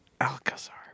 Alcazar